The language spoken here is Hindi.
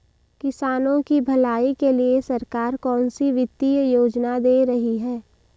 किसानों की भलाई के लिए सरकार कौनसी वित्तीय योजना दे रही है?